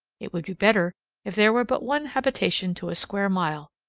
it would be better if there were but one habitation to a square mile,